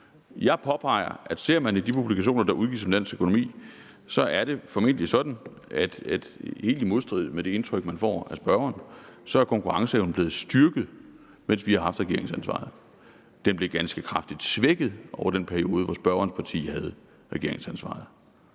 Jeg påpeger, at ser man i de publikationer, der er udgives om dansk økonomi, er det formentlig sådan – helt i modstrid med det indtryk, man får fra spørgeren – at konkurrenceevnen er blevet styrket, mens vi har haft regeringsansvaret. Den blev ganske kraftigt svækket over den periode, hvor spørgerens parti havde regeringsansvaret.